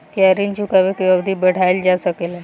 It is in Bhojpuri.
क्या ऋण चुकाने की अवधि बढ़ाईल जा सकेला?